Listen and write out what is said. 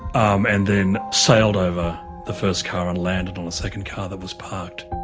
um and then sailed over the first car and landed on the second car that was parked.